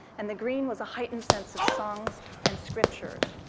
and the green was a heightened sense of songs and scriptures.